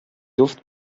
luft